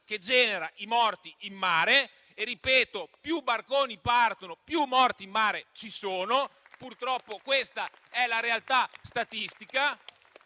che genera i morti in mare. Ripeto: più barconi partono, più morti in mare ci sono; purtroppo questa è la realtà statistica